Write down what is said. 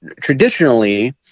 traditionally